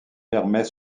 permet